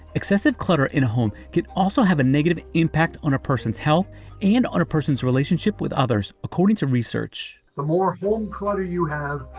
excessive clutter in home can also have a negative impact on a person's health and on a person's relationship with others, according to research. the more home clutter you have,